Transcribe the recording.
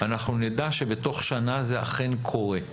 אנחנו נדע שבתוך שנה זה אכן קורה.